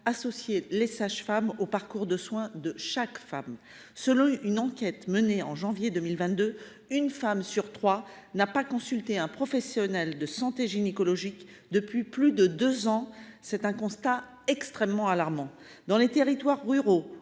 associer les sages femmes au parcours de soins de chaque femme. Selon une enquête menée en janvier 2022, une femme sur trois n’a pas consulté un professionnel de santé gynécologique depuis plus de deux ans. C’est un constat extrêmement alarmant. Dans les territoires ruraux